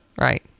Right